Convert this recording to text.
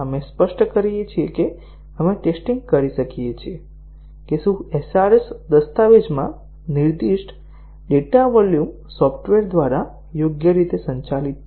આપણે સ્પષ્ટ કરીએ છીએ કે આપણે ટેસ્ટીંગ કરીએ છીએ કે શું SRS દસ્તાવેજમાં નિર્દિષ્ટ ડેટા વોલ્યુમ સોફ્ટવેર દ્વારા યોગ્ય રીતે સંચાલિત છે